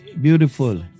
Beautiful